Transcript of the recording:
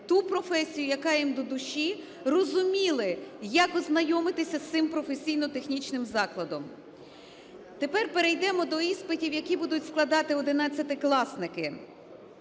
ту професію, яка їм до душі, розуміли, як ознайомитися з цим професійно-технічним закладом. Тепер перейдемо до іспитів, які будуть складати одинадцятикласники.